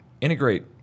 integrate